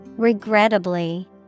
Regrettably